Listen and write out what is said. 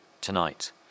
tonight